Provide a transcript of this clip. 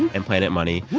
and planet money.